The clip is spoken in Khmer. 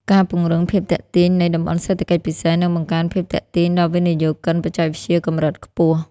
ការពង្រឹងភាពទាក់ទាញនៃ តំបន់សេដ្ឋកិច្ចពិសេស នឹងបង្កើនភាពទាក់ទាញដល់វិនិយោគិនបច្ចេកវិទ្យាកម្រិតខ្ពស់។